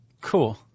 Cool